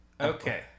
Okay